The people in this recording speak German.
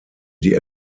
die